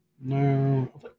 no